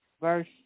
verse